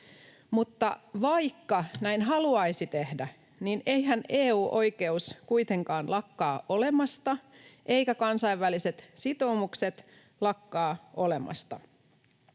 Mutta vaikka näin haluaisi tehdä, niin eihän EU-oikeus kuitenkaan lakkaa olemasta eivätkä kansainväliset sitoumukset lakkaa olemasta.